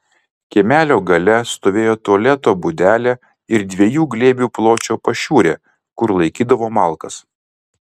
kiemelio gale stovėjo tualeto būdelė ir dviejų glėbių pločio pašiūrė kur laikydavo malkas